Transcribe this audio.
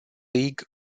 league